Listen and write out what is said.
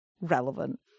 relevant